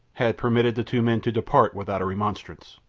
had permitted the two men to depart without a remonstrance.